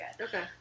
Okay